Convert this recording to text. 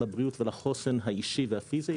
לבריאות ולחוסן האישי והפיזי,